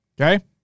Okay